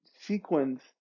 sequence